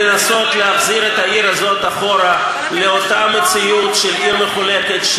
לנסות להחזיר את העיר הזאת אחורה לאותה מציאות של עיר מחולקת,